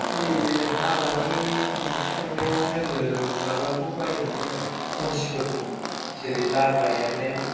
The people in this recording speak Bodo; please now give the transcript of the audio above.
नैबे हाबानि ओंख्रि संनायाव जोङो माबाखौ बाहायनो हायो आरो खनथिफोरखौ जेरै लाब्रा एरनायाव